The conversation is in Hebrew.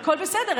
הכול בסדר.